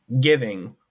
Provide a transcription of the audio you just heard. giving